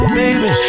baby